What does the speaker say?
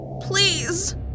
Please